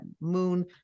moon